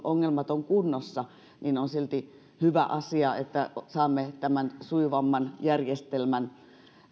ongelmat ovat kunnossa on silti hyvä asia kun saamme tämän sujuvamman järjestelmän